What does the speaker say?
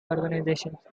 organisations